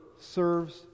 serves